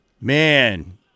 Man